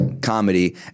comedy